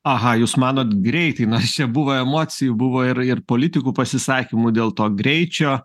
aha jūs manot greitai nors čia buvo emocijų buvo ir ir politikų pasisakymų dėl to greičio